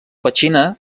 petxina